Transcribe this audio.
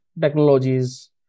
technologies